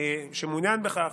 שמעוניין בכך,